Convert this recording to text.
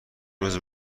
روزه